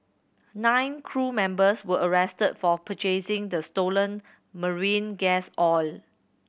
nine crew members were arrested for purchasing the stolen marine gas oil